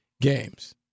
games